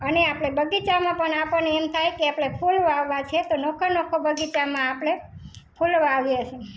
અને આપણે બગીચામાં પણ આપણને એમ થાય કે આપણે ફૂલ વાવવાં છે નોખો નોખો બગીચામાં આપણે ફૂલો વાવીએ છે